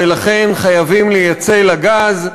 ולכן חייבים לייצא לה גז,